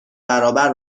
برابر